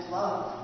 love